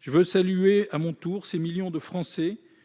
Je veux saluer à mon tour ces millions de Français